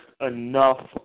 enough